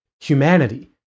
humanity